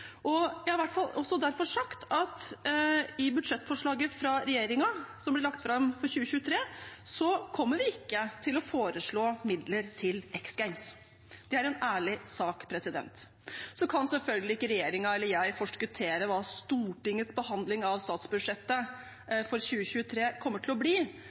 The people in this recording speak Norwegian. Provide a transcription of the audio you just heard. i budsjettforslaget for 2023 fra regjeringen, kommer vi ikke til å foreslå midler til X Games. Det er en ærlig sak. Selvfølgelig kan ikke verken regjeringen eller jeg forskuttere hva Stortingets behandling av statsbudsjettet for 2023 kommer til å bli,